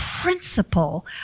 principle